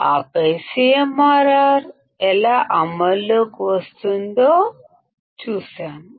ఆపై CMRR ఎలా అమలులోకి వస్తుందో చూశాము